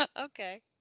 okay